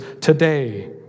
today